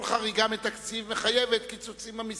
כל חריגה מתקציב מחייבת קיצוצים במשרדים.